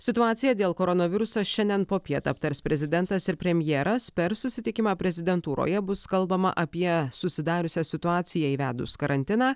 situaciją dėl koronaviruso šiandien popiet aptars prezidentas ir premjeras per susitikimą prezidentūroje bus kalbama apie susidariusią situaciją įvedus karantiną